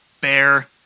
bear